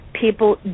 People